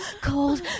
Cold